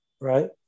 right